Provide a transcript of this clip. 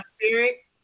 spirit